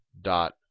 dot